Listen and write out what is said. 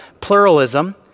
pluralism